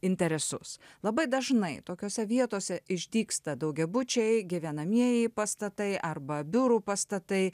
interesus labai dažnai tokiose vietose išdygsta daugiabučiai gyvenamieji pastatai arba biurų pastatai